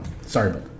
Sorry